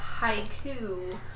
haiku